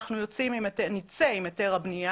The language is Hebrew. אנחנו נצא עם היתר הבנייה.